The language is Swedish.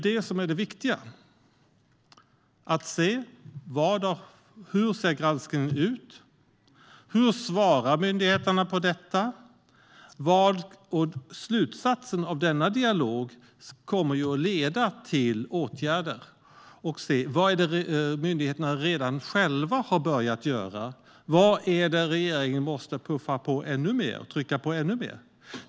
Det viktiga är att se på hur granskningen ser ut och hur myndigheterna svarar. Slutsatsen av denna dialog kommer att leda till åtgärder. Vad har myndigheterna själva gjort? Vad måste regeringen puffa på ännu mer?